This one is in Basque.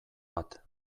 bat